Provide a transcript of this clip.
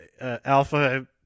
alpha